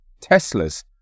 Teslas